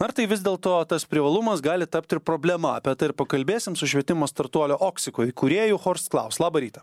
ar tai vis dėlto tas privalumas gali tapt ir problema apie tai ir pakalbėsim su švietimo startuolio oxico įkūrėju chorst klaus labą rytą